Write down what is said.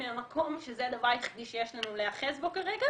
מהמקום שזה הדבר היחידי שיש לנו להיאחז בו כרגע